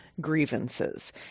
grievances